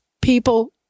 people